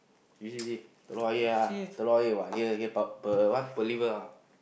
you see you see Telok-Ayer here ah Telok-Ayer what here here pu~ pu~ what Pulliver ah